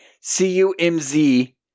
c-u-m-z